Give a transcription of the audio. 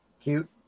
cute